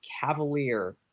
cavalier